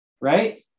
right